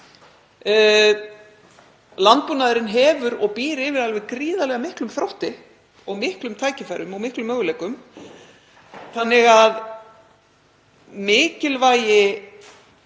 Landbúnaðurinn hefur og býr yfir gríðarlega miklum þrótti, mörgum tækifærum og miklum möguleikum þannig að mikilvægi